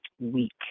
week